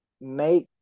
make